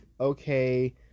okay